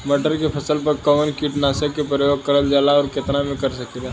मटर के फसल पर कवन कीटनाशक क प्रयोग करल जाला और कितना में कर सकीला?